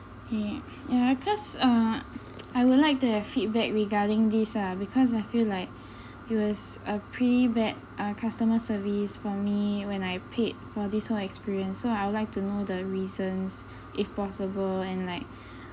ya ya cause uh I would like to have feedback regarding this ah because I feel like it was a pretty bad uh customer service for me when I paid for this whole experience so I would like to know the reasons if possible and like